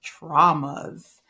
traumas